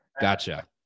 Gotcha